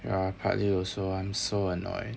ya partly also I'm so annoyed